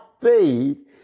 faith